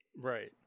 Right